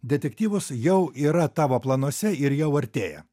detektyvus jau yra tavo planuose ir jau artėja